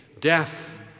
Death